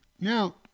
Now